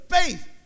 faith